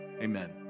Amen